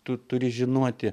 tu turi žinoti